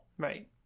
Right